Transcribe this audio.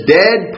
dead